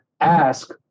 ask